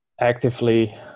actively